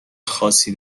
خاصی